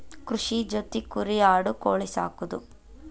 ಕೃಷಿ ಜೊತಿ ಕುರಿ ಆಡು ಕೋಳಿ ಸಾಕುದು